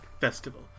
Festival